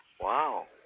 Wow